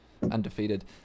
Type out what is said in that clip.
undefeated